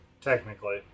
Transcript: Technically